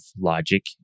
logic